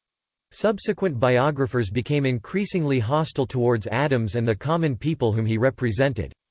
subsequent biographers became increasingly hostile towards adams and the common people whom he represented.